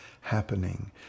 happening